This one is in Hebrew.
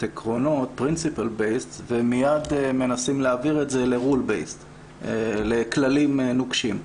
עקרונות ומייד מנסים להעביר את זה לכללים נוקשים.